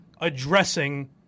addressing